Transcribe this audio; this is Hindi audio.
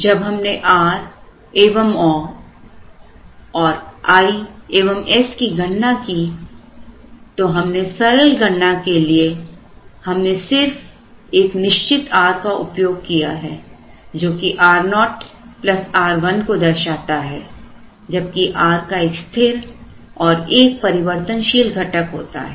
जब हमने R एवं O और I एवं S की गणना की तो हमने सरल गणना के लिए हमने सिर्फ एक निश्चित R का उपयोग किया है जो कि R0 R1 को दर्शाता है जबकि R का एक स्थिर और एक परिवर्तनशील घटक होता है